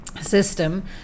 system